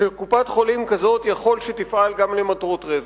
שקופת-חולים כזאת אפשר שתפעל גם למטרות רווח.